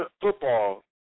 Football